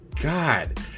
God